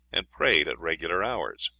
and prayed at regular hours.